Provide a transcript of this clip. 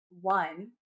one